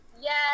Yes